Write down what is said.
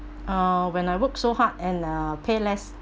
uh when I work so hard and uh pay less